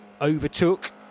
overtook